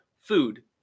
food